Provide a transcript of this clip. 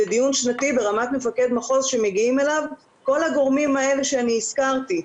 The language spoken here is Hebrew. ודיון שנתי ברמת מפקד מחוז שמגיעים אליו כל הגורמים האלה שאני הזכרתי.